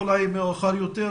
ברגע שהיא דוחה את חוק המצלמות,